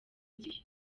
gihe